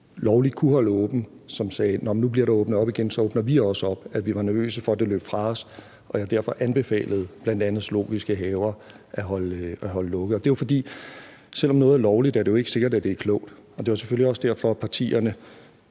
lovligt kunne holde åbent, var der nogle, som sagde: Nu bliver der åbnet op igen, og så åbner vi også op. Der var jeg selv en af dem, der var nervøse for, at det løb fra os, og derfor anbefalede jeg bl.a. zoologiske haver at holde lukket. For selv om noget er lovligt, er det jo ikke sikkert, at det er klogt. Det var selvfølgelig også derfor, partierne